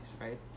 right